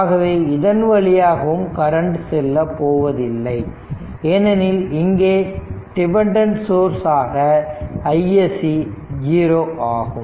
ஆகவே இதன் வழியாகவும் கரண்ட் செல்ல போவதில்லை ஏனெனில் இங்கே டிபன்டென் சோர்ஸ் ஆன iSC ஜீரோ ஆகும்